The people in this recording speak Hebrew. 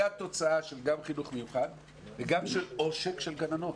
זה התוצאה של גם חינוך מיוחד וגם של עושק של גננות.